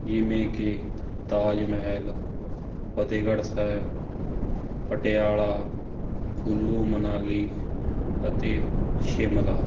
ਜਿਵੇਂ ਕਿ ਤਾਜ ਮਹਿਲ ਫਤਿਹਗੜ੍ਹ ਸਾਹਿਬ ਪਟਿਆਲਾ ਕੁੱਲੂ ਮਨਾਲੀ ਅਤੇ ਸ਼ਿਮਲਾ